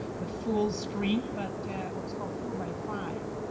the full screen, but what is called four by five.